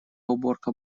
уборка